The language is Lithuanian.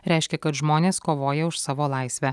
reiškia kad žmonės kovoja už savo laisvę